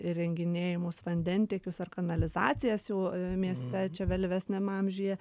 įrenginėjamus vandentiekius ar kanalizacijas jau mieste čia vėlesniam amžiuje